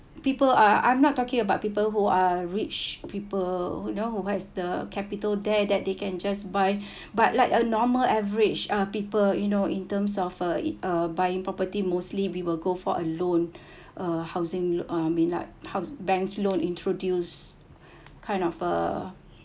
people are I'm not talking about people who are rich people you know who has the capital there that they can just buy but like a normal average are people you know in terms of uh uh buying property mostly we will go for a loan uh housing uh mean up hou~ bank's loan introduce kind of a